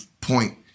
point